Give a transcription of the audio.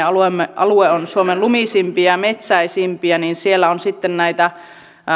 alueemme on suomen lumisimpia ja metsäisimpiä ja kun siellä on sitten